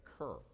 occur